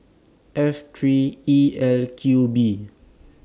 F three E L Q B